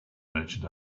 merchant